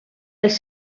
els